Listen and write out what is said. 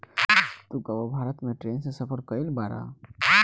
तू कबो भारत में ट्रैन से सफर कयिउल बाड़